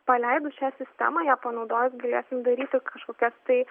paleidus šią sistemą ją panaudojus galėsim daryti kažkokias tai